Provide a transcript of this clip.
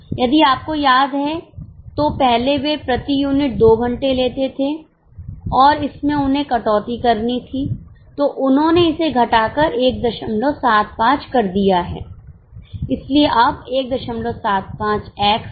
यदि आपको याद है तो पहले वे प्रति यूनिट 2 घंटे लेते थे और इसमें उन्हें कटौती करनी थी तो उन्होंने इसे घटाकर 175 कर दिया है इसलिए अब 175 x का नया मूल्य है